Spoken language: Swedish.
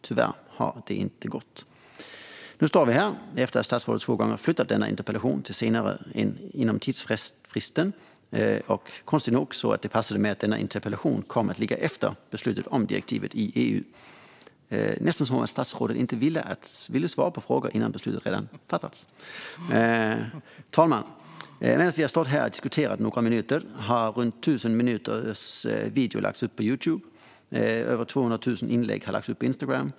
Tyvärr har detta inte gått. Nu står vi här efter att statsrådet två gånger flyttat denna interpellationsdebatt till efter att tidsfristen löpt ut - konstigt nog så att debatten kom att ligga efter EU-beslutet om direktivet. Det är nästan som om statsrådet inte ville svara på frågor innan beslutet redan fattats. Fru talman! Medan vi har stått här och diskuterat några minuter har runt 1 000 minuters video lagts upp på Youtube, och över 200 000 inlägg har lagts upp på Instagram.